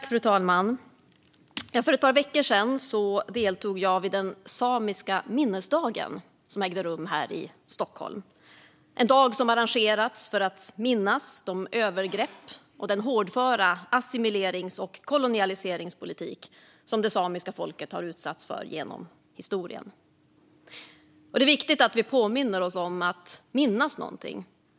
Fru talman! För ett par veckor sedan deltog jag vid samiska minnesdagen som ägde rum här i Stockholm. Dagen arrangerades för att minnas de övergrepp och den hårdföra assimilerings och kolonialiseringspolitik som det samiska folket utsatts för genom historien. Att minnas någonting handlar inte bara om att inte glömma.